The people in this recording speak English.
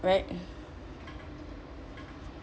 right